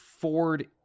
Ford